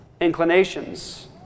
inclinations